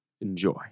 Enjoy